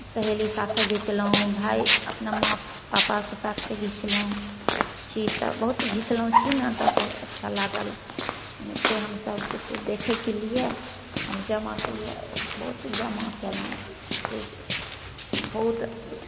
सहेली साथे घिचेलहुॅं भाइ अपना माँ पापाके साथे घिचेलहुॅं छी तऽ बहुत घिचेलहुॅं छी नहि तऽ बहुत अच्छा लागल एनाहिते हम सभ किछु देखैके लिए हम जमा केलिए बहुत जमा केलहुॅं छी बहुत